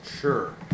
Sure